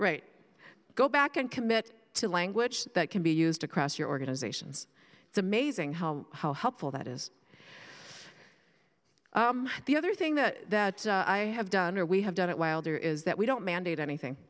right go back and commit to language that can be used across your organizations it's amazing how how helpful that is the other thing that i have done or we have done it wilder is that we don't mandate anything